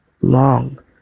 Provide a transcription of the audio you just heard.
long